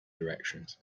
directions